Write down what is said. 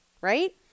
Right